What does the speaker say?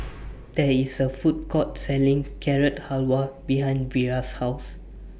There IS A Food Court Selling Carrot Halwa behind Vira's House